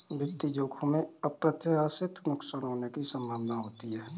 वित्तीय जोखिमों में अप्रत्याशित नुकसान होने की संभावना होती है